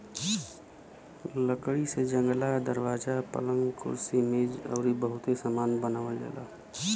लकड़ी से जंगला, दरवाजा, पलंग, कुर्सी मेज अउरी बहुते सामान बनावल जाला